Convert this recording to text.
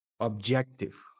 Objective